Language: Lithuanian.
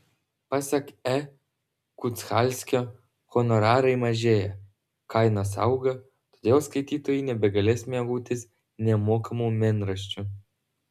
pasak e kuchalskio honorarai mažėja kainos auga todėl skaitytojai nebegalės mėgautis nemokamu mėnraščiu